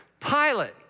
Pilate